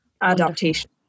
adaptation